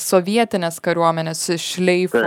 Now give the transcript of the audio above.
sovietinės kariuomenės šleifo